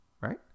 right